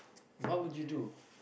what would you do